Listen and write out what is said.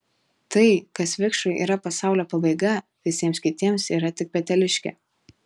tai kas vikšrui yra pasaulio pabaiga visiems kitiems yra tik peteliškė